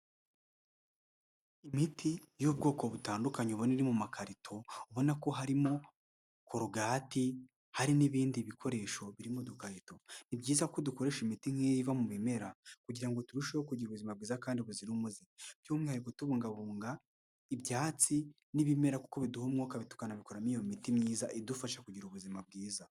Imiti y'ubwoko butandukanye ubona iri mu makarito, ubona ko harimo korogati hari n'ibindi bikoresho biri mu dukarito. Ni byiza ko dukoresha imiti nk'iyo iva mu bimera kugira ngo turusheho kugira ubuzima bwiza kandi buzira umuze, by'umwihariko tubungabunga ibyatsi n'ibimera kuko biduha umwuka, tukanabikoramo iyo miti myiza idufasha kugira ubuzima bwiza.